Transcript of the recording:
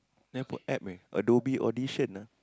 never put App leh Adobe audition lah